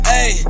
Hey